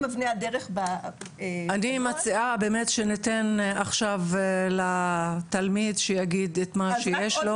אני מציעה שניתן עכשיו לתלמיד שיגיד את מה שיש לו.